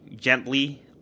gently